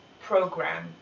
program